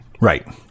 right